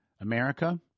America